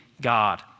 God